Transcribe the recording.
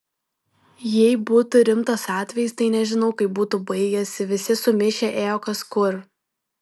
jei būtų rimtas atvejis tai nežinau kaip būtų baigęsi visi sumišę ėjo kas kur